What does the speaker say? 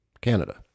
Canada